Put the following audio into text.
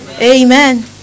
Amen